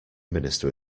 minister